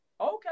Okay